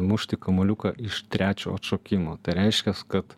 mušti kamuoliuką iš trečio atšokimo tai reiškias kad